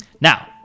Now